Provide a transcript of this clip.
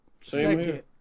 Second